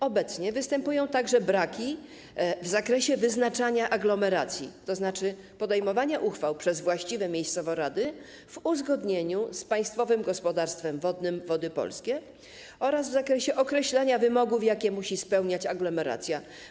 Obecnie występują także braki w zakresie wyznaczania aglomeracji, tzn. podejmowania uchwał przez właściwe miejscowe rady w uzgodnieniu z Państwowym Gospodarstwem Wodnym Wody Polskie, oraz w zakresie określenia wymogów, jakie musi spełniać aglomeracja.